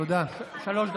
שלוש דקות.